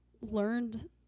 learned